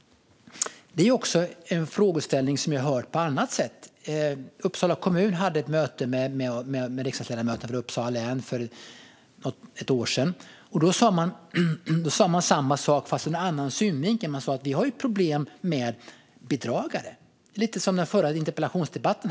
Det är en frågeställning som jag har hört om också på annat sätt. Uppsala kommun hade ett möte med riksdagsledamöter för Uppsala län för ett år sedan. Då talade man om samma sak men från en annan synvinkel. Man sa: Vi har problem med bedragare. Det är lite grann som det som berördes i den förra interpellationsdebatten.